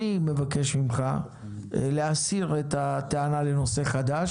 אני מבקש ממך להסיר את הטענה לנושא חדש